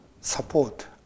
support